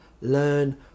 Learn